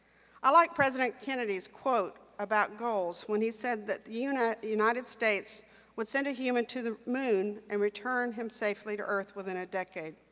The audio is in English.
i like president kennedy's quote about goals when he said that the you know united states would send a human to the moon and return him safely to earth within a decade.